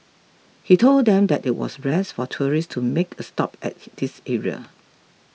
he told them that it was rare for tourists to make a stop at this area